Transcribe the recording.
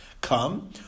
come